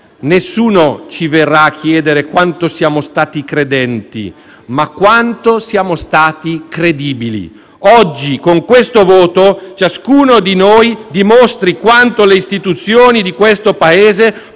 nessuno ci verrà a chiedere quanto siamo stati credenti, ma credibili". Oggi, con questo voto, ciascuno di noi dimostri quanto le istituzioni di questo Paese